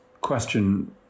question